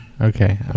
Okay